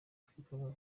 twitwara